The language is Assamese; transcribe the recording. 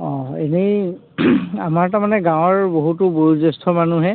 অঁ এনেই আমাৰ তাৰমানে গাঁৱৰ বহুতো বয়োজ্যেষ্ঠ মানুহে